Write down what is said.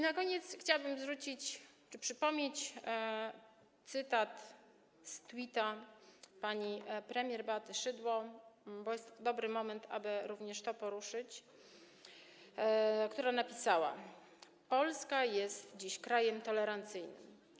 Na koniec chciałabym przypomnieć cytat z tweetu pani premier Beaty Szydło - bo jest dobry moment, aby również to poruszyć - która napisała: Polska jest dziś krajem tolerancyjnym.